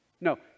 No